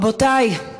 רבותי,